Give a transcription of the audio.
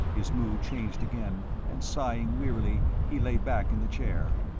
his mood changed again, and sighing wearily, he lay back in the chair.